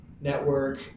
Network